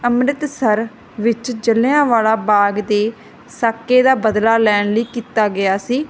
ਅੰਮ੍ਰਿਤਸਰ ਵਿੱਚ ਜਲਿਆਂਵਾਲਾ ਬਾਗ ਦੇ ਸਾਕੇ ਦਾ ਬਦਲਾ ਲੈਣ ਲਈ ਕੀਤਾ ਗਿਆ ਸੀ